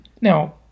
Now